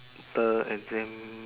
the exam